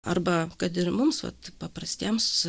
arba kad ir mums vat paprastiems